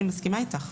אני מסכימה איתך.